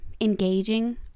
engaging